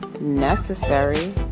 necessary